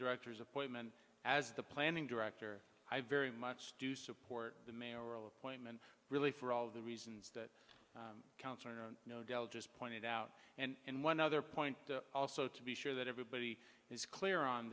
director's appointment as the planning director i very much do support the mayor appointment really for all of the reasons that council no no del just pointed out and one other point also to be sure that everybody is clear on